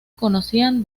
conocían